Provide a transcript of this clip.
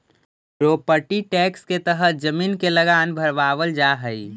property tax के तहत जमीन के लगान भरवावल जा हई